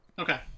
Okay